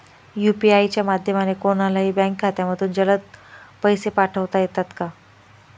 UPI च्या माध्यमाने कोणलाही बँक खात्यामधून जलद पैसे पाठवता येतात का?